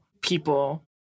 people